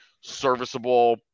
serviceable